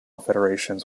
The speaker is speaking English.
federations